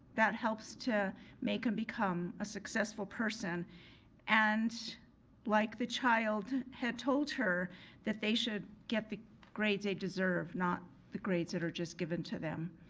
that helps to make em become a successful person and like the child had told her that they should get the grades they deserve, not the grades that are just given to them.